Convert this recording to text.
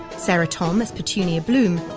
sarah thom as petunia bloom,